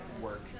work